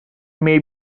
may